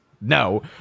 No